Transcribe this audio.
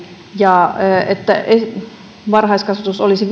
ja että varhaiskasvatus olisi